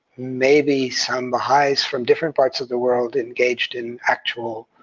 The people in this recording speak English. maybe some baha'is from different parts of the world, engaged in actual